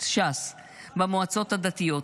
ש"ס במועצות הדתיות.